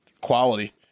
quality